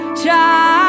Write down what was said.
child